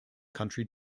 country